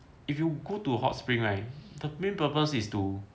if you go to hot spring right the main purpose is to